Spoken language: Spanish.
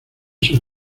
sus